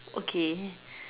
okay